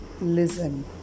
listen